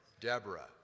deborah